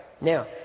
Now